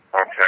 Okay